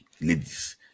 ladies